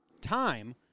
time